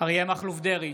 אריה מכלוף דרעי,